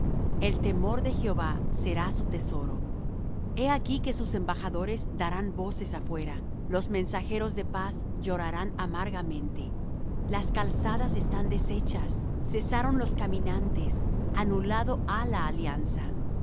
el temor de jehová será su tesoro he aquí que sus embajadores darán voces afuera los mensajeros de paz llorarán amargamente las calzadas están desechas cesaron los caminantes anulado ha la alianza